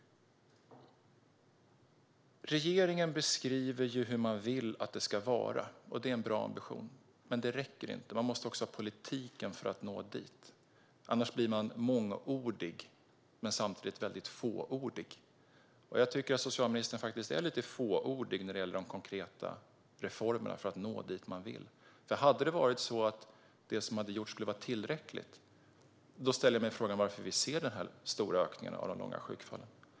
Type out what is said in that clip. Regeringen beskriver hur man vill att det ska vara. Det är en bra ambition, men det räcker inte. Man måste också ha politiken för att nå dit. Annars blir man mångordig men samtidigt väldigt fåordig, och jag tycker faktiskt att socialministern är lite fåordig när det gäller de konkreta reformerna för att nå dit man vill. Om det som gjorts varit tillräckligt ställer jag mig frågan varför vi ser den här stora ökningen av de långa sjukfallen.